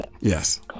Yes